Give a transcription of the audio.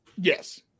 Yes